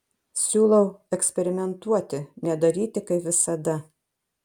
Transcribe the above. siūlau eksperimentuoti nedaryti kaip visada